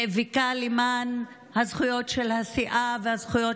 שנאבקה למען הזכויות של הסיעה והזכויות